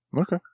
Okay